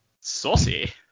Saucy